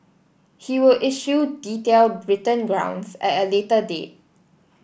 he will issue detailed written grounds at a later date